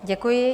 Děkuji.